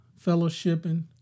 fellowshipping